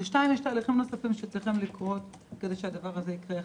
2. יש תהליכים נוספים שצריכים לקרות כדי שהדבר הזה יקרה.